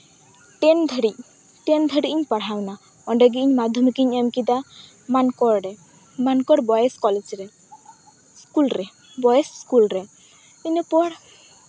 ᱴᱮᱱ ᱫᱷᱟᱹᱨᱤᱡ ᱴᱮᱱ ᱫᱷᱟᱹᱨᱤᱡ ᱤᱧ ᱯᱟᱲᱦᱟᱣᱮᱱᱟ ᱚᱸᱰᱮ ᱜᱮ ᱤᱧ ᱢᱟᱫᱽᱫᱷᱚᱢᱤᱠᱤᱧ ᱮᱢᱠᱮᱫᱟ ᱢᱟᱱᱠᱚᱲᱨᱮ ᱢᱟᱱᱠᱚᱲ ᱵᱚᱭᱮᱡ ᱠᱚᱞᱮᱡᱽ ᱨᱮ ᱤᱥᱠᱩᱞ ᱨᱮ ᱵᱚᱭᱮᱡ ᱤᱥᱠᱩᱞ ᱨᱮ ᱤᱱᱟᱹᱯᱚᱨ